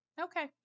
Okay